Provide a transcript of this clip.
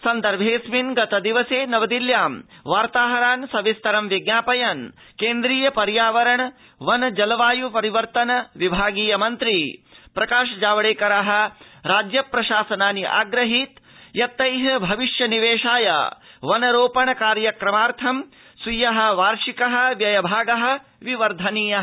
सन्दर्भेऽस्मिन् गतदिवसे नवदिल्ल्यां वार्ताहरान् सविस्तरं विज्ञापयन् केन्द्रीय पर्यावरण वन जलपरिवर्तन विभागीय मन्त्री प्रकाश जावडेकरः राज्य प्रशासनानि आग्रहीत् यत् तैः भविष्यनिवेशाय वनरोपण कार्यक्रमार्थं स्वीयः वार्षिक व्ययभागः विवर्धनीयः